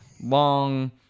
Long